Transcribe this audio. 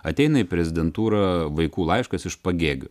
ateina į prezidentūrą vaikų laiškas iš pagėgių